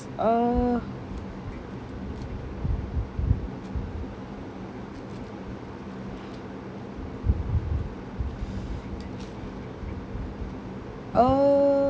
uh uh